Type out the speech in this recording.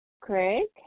Craig